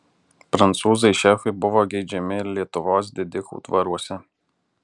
prancūzai šefai buvo geidžiami ir lietuvos didikų dvaruose